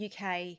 UK